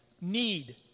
need